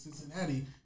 Cincinnati